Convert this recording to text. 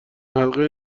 حلقه